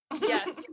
yes